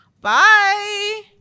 bye